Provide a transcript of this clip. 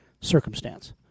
circumstance